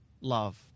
love